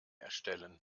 erstellen